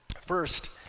first